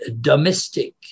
domestic